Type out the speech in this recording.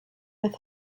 with